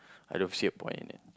I don't see a point in it